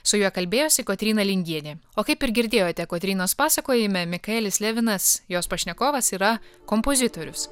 su juo kalbėjosi kotryna lingienė o kaip ir girdėjote kotrynos pasakojime mikaelis levinas jos pašnekovas yra kompozitorius